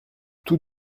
tous